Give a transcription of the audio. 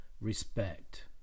respect